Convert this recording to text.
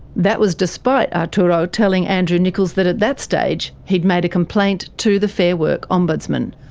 that was despite arturo telling andrew nickolls that, at that stage, he'd made a complaint to the fair work ombudsman.